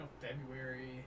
February